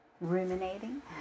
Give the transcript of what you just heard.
ruminating